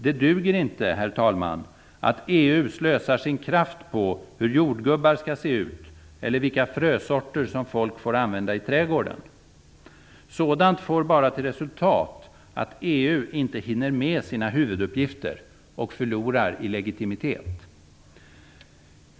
Det duger inte, herr talman, att EU slösar sin kraft på hur jordgubbar skall se ut eller vilka frösorter som folk får använda i trädgården. Sådant får bara till resultat att EU inte hinner med sina huvuduppgifter och förlorar i legitimitet.